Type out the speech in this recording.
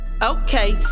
Okay